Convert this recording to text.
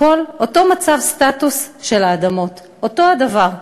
הכול אותו מצב: הסטטוס של האדמות אותו הדבר,